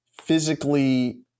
physically